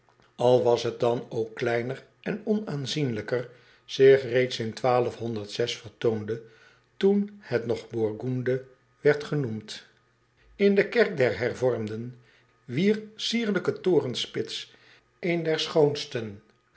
al was t dan ook kleiner en onaanzienlijker zich reeds in vertoonde toen het nog u r g u n d e werd genoemd n de kerk der ervormden wier sierlijke torenspits een der schoonsten